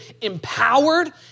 empowered